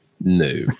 No